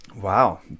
Wow